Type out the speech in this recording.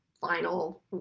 final